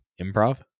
improv